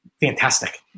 fantastic